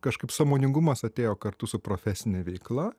kažkaip sąmoningumas atėjo kartu su profesine veikla